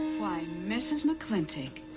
why, mrs. mclintock.